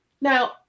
now